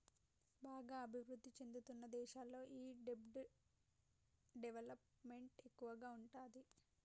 బాగా అభిరుద్ధి చెందుతున్న దేశాల్లో ఈ దెబ్ట్ డెవలప్ మెంట్ ఎక్కువగా ఉంటాది